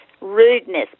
rudeness